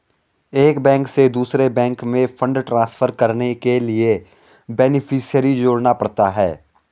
एक बैंक से दूसरे बैंक में फण्ड ट्रांसफर करने के लिए बेनेफिसियरी जोड़ना पड़ता है